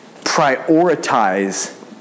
prioritize